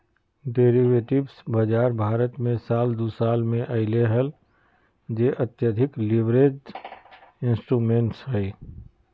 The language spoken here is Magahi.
डेरिवेटिव्स बाजार भारत मे साल दु हजार मे अइले हल जे अत्यधिक लीवरेज्ड इंस्ट्रूमेंट्स हइ